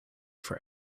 for